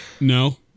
No